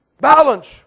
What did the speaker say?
Balance